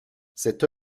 cette